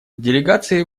делегации